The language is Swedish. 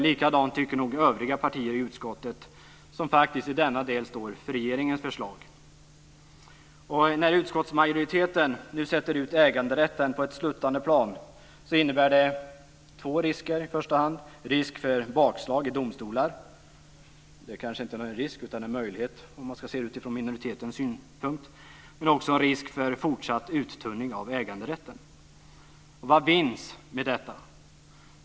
Likadant tycker nog övriga partier i utskottet, som faktiskt i denna del står bakom regeringens förslag. När utskottsmajoriteten nu sätter ut äganderätten på ett sluttande plan, innebär det i första hand två risker: Risk för bakslag i domstolar, vilket kanske inte är en risk utan en möjlighet sett utifrån majoritetens synpunkt, men också en risk för fortsatt uttunning av äganderätten. Vad vinns med detta?